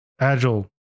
agile